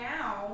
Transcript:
now